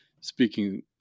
speaking